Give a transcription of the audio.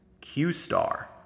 Q-Star